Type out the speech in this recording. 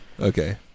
Okay